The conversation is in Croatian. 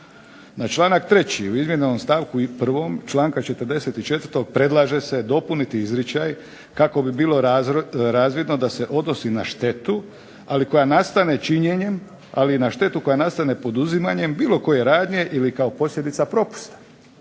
Na članak 3., u izmijenjenom stavku 1. članka 44. predlaže se dopuniti izričaj kako bi bilo razvidno da se odnosi na štetu, ali koja nastane činjenjem, ali na štetu koja nastane poduzimanjem bilo koje radnje ili kao posljedica propusta.